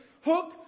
hook